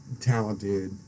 talented